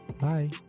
Bye